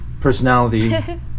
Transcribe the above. personality